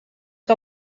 que